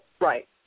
Right